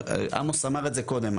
עמוס אמר את זה קודם.